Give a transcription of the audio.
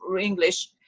English